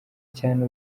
cyane